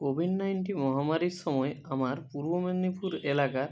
Covid nineteen মহামারির সময় আমার পূর্ব মেদিনীপুর এলাকার